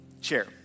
chair